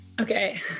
Okay